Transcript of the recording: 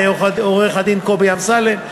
עורך-דין קובי אמסלם,